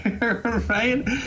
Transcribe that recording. Right